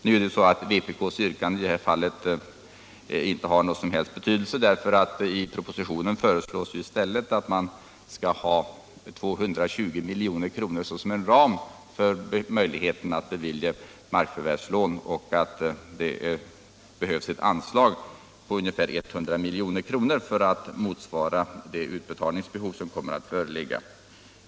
Vpk:s yrkande i det här fallet har inte någon som helst betydelse, eftersom det i propositionen föreslås 220 milj.kr. som en ram för möjligheten att bevilja markförvärvslån. Det behövs därför ett anslag på ungefär 100 milj.kr. för att täcka de utbetalningsbehov som kommer att föreligga.